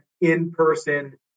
in-person